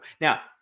Now